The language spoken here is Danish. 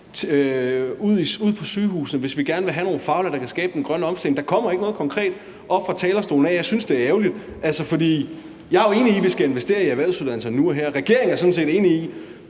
ude på sygehusene, og hvis vi gerne vil have nogle faglærte, der kan skabe den grønne omstilling? Der kommer ikke noget konkret oppe fra talerstolen. Jeg synes, det er ærgerligt, for jeg er jo enig i, at vi skal investere i erhvervsuddannelserne nu og her. Regeringen er sådan set enig i,